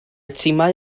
timau